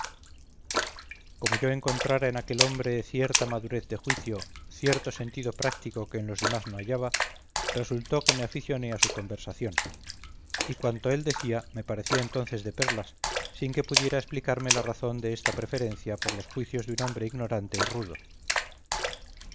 como yo encontrara en aquel hombre cierta madurez de juicio cierto sentido práctico que en los demás no hallaba resultó que me aficioné a su conversación y cuanto él decía me parecía entonces de perlas sin que pudiera explicarme la razón de esta preferencia por los juicios de un hombre ignorante y rudo